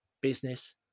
business